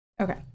Okay